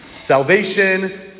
Salvation